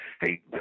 Hey